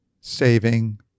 saving